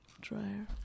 dryer